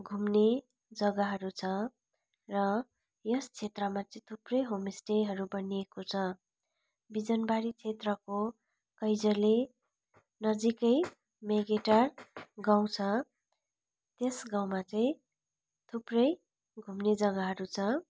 घुम्ने जगाहरू छ र यस क्षेत्रमा चाहिँ थुप्रै होम स्टेहरू बनिएको छ बिजनबारी क्षेत्रको कैँजले नजिकै मेगेटार गाउँ छ त्यस गाउँमा चाहिँ थुप्रै घुम्ने जगाहरू छ